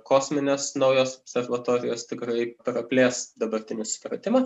kosminės naujos observatorijos tikrai praplės dabartinį supratimą